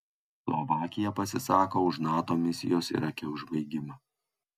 slovakija pasisako už nato misijos irake užbaigimą